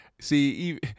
see